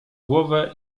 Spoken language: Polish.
głowę